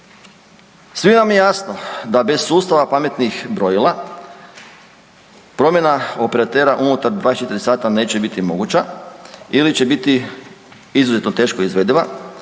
Svima nam je jasno da bez sustava pametnih brojila promjena operatera unutar 24 sata neće biti moguća ili će biti izuzetno teško izvediva,